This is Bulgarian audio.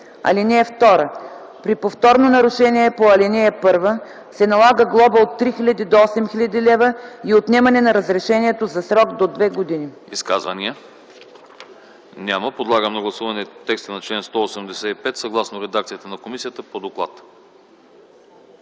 година. (2) При повторно нарушение по ал. 1 се налага глоба от 3000 до 5000 лв. и отнемане на разрешението за срок до две години.”